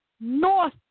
North